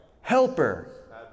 Helper